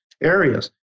areas